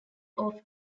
off